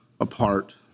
apart